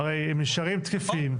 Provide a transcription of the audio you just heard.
הרי הם נשארים תקפים.